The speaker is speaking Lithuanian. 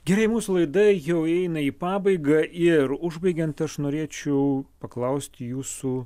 gerai mūsų laida jau eina į pabaigą ir užbaigiant aš norėčiau paklausti jūsų